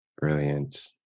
Brilliant